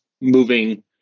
moving